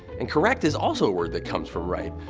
and correct is also word that comes from right.